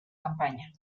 campaña